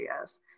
yes